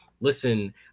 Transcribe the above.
Listen